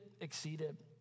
exceeded